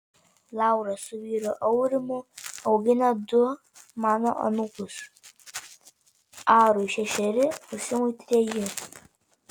laura su vyru aurimu augina du mano anūkus arui šešeri o simui treji